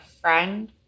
friend